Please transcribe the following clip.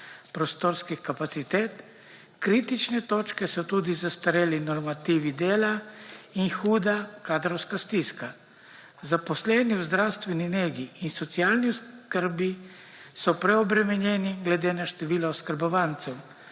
prostorskih kapacitet, kritične točke so tudi zastareli normativi dela in huda kadrovska stiska. Zaposleni v zdravstveni negi in socialni oskrbi so preobremenjeni glede na število oskrbovancev,